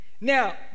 Now